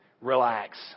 Relax